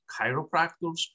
chiropractors